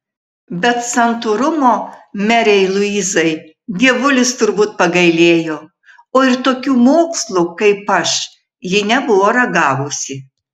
bet santūrumo merei luizai dievulis turbūt pagailėjo o ir tokių mokslų kaip aš ji nebuvo ragavusi